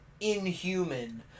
inhuman